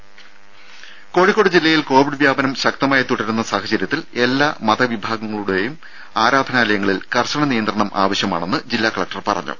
രും കോഴിക്കോട് ജില്ലയിൽ കോവിഡ് വ്യാപനം ശക്തമായി തുടരുന്ന സാഹചര്യത്തിൽ എല്ലാ മത വിഭാഗങ്ങളുടെയും ആരാധനാലയങ്ങളിൽ കർശന നിയന്ത്രണം ആവശ്യമാണെന്ന് ജില്ലാ കലക്ടർ പറഞ്ഞു